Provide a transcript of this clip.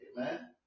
Amen